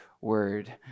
word